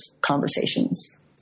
conversations